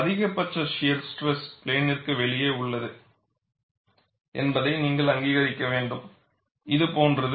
அதிகபட்ச shear stress பிளேநிற்கு வெளியே உள்ளது என்பதை நீங்கள் அங்கீகரிக்க வேண்டும் இது போன்றது